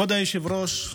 כבוד היושב-ראש,